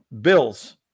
bills